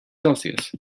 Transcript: celsius